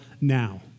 now